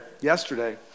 yesterday